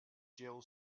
jill